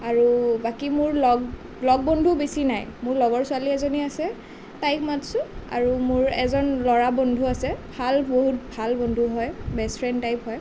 আৰু বাকী মোৰ লগ লগ বন্ধু বেছি নাই মোৰ লগৰ ছোৱালী এজনী আছে তাইক মাতিছোঁ আৰু মোৰ এজন ল'ৰা বন্ধু আছে ভাল বহুত ভাল বন্ধু হয় বেষ্ট ফ্ৰেণ্ড টাইপ হয়